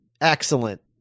excellent